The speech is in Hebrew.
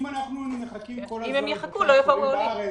אם אנחנו היינו מחכים כל הזמן בנושא התקנים בארץ